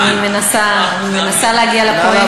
אני מנסה להגיע לפואנטה.